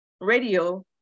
radio